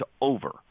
over